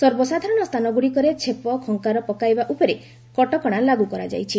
ସର୍ବସାଧାରଣ ସ୍ଥାନ ଗୁଡ଼ିକରେ ଛେପ ଖଙ୍କାର ପକାଇବା ଉପରେ କଟକଣା ଲାଗୁ କରାଯାଇଛି